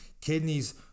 kidneys